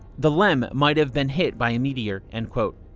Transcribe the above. the lem might've been hit by a meteor. and